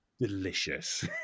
Delicious